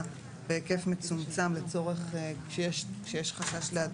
הרעיון הוא שהם יכולים לצרף כמה קבוצות של 50,